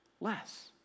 less